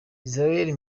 israel